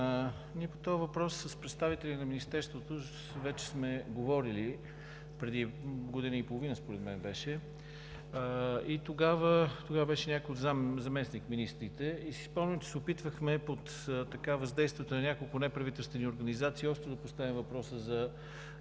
по този въпрос с представители на Министерството вече сме говорили преди година и половина според мен беше. Тогава беше някой от заместник-министрите и си спомням, че се опитвахме под въздействието на няколко неправителствени организации остро да поставим въпроса за